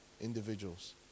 individuals